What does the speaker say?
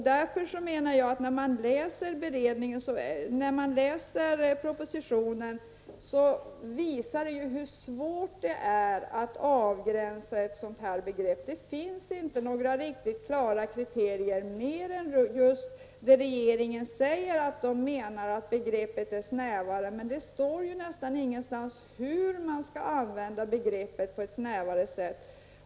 När man läser propositionen finner man ju hur svårt det är att avgränsa ett sådant här begrepp. Det finns inte några riktigt klara kriterier. Regeringen säger att begreppet är snävare, men det står nästan ingenstans hur man skall använda begreppet på ett snävare sätt.